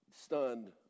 stunned